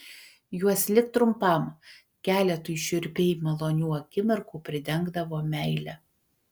juos lik trumpam keletui šiurpiai malonių akimirkų pridengdavo meile